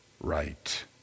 right